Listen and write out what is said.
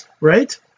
right